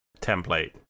template